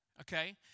Okay